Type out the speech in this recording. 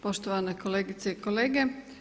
Poštovane kolegice i kolege.